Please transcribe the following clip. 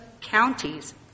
counties